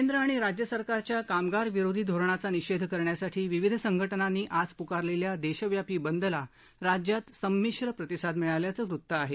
केंद्र आणि राज्य सरकारच्या कामगारविरोधी धोरणाचा निषेध करण्यासाठी विविध संघटनांनी आज पुकारलेल्या देशव्यापी बंदला राज्यात संमिश्र प्रतिसाद मिळाल्याचं वृत्त आहे